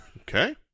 Okay